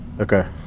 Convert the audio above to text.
okay